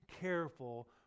careful